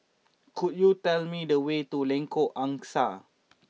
could you tell me the way to Lengkok Angsa